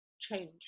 change